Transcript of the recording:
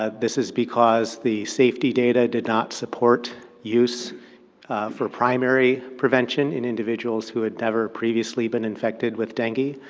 ah this is because the safety data did not support use for primary prevention in individuals who had never previously been infected with dengue.